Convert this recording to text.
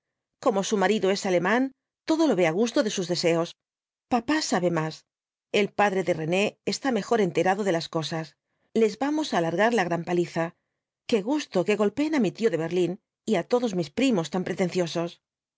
como su marido es alemán todo lo ve á gusto de sus deseos papá sabe más el padre de rene está mejor enterado de las cosas les vamos á largar la gran paliza qué gusto que golpeen á mi tío de berlín y á todos mis primos tan pretenciosos